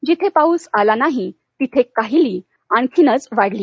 जिथे पाऊस आला नाही तिथे काहिली आणखिनच वाढली